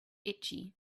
itchy